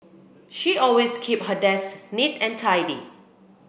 she always keep her desk neat and tidy